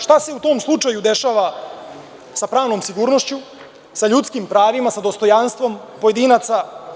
Šta se u tom slučaju dešava sa pravnom sigurnošću, sa ljudskim pravima, sa dostojanstvom pojedinaca?